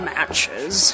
Matches